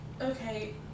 okay